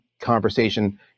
conversation